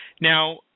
now